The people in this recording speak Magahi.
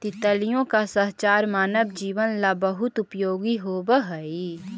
तितलियों का साहचर्य मानव जीवन ला बहुत उपयोगी होवअ हई